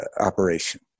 operation